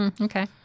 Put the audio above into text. Okay